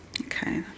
Okay